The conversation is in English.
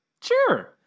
Sure